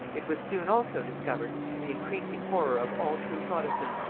it was soon also discovered, to the increasing horror of all true protestants,